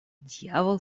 дьявол